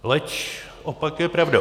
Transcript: Leč opak je pravdou.